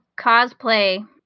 cosplay